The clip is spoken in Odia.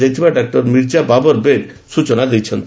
କରାଯାଇଥିବା ଡାମିର୍ଜା ବାବର ବେଗ ସୂଚନା ଦେଇଛନ୍ତି